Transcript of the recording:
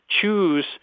choose